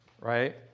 right